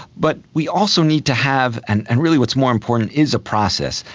but we also need to have, and and really what's more important is a process,